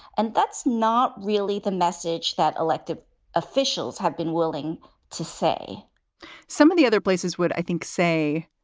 and that's not really the message that elected officials have been willing to say some of the other places would, i think, say,